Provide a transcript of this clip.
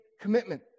commitment